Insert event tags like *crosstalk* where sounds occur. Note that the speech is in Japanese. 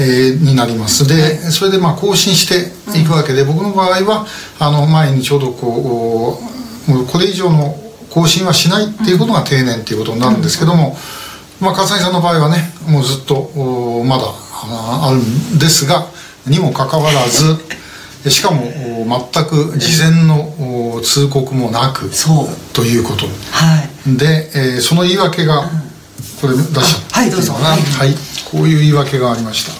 えー、になります。で、はい。それで、まあ、更新していくわけで、うん。僕の場合は、あの、前にちょうどこう、もうこれ以上の更新はしないっていうことが定年っていうことになるんですけども、うん。うん。まあ、笠井さんの場合はね、もうずっと、おー、まだ、あー、あるんですが、にもかかわらず、 *laughs* しかも、おー、全く事前の、うん。おー、通告もなく、そう。ということ。はい。で、えー、その言い訳が、うん。これ出しちゃっあ、はい、どうぞ。ていいかな？はい。はい。こういう言い訳がありました。